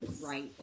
right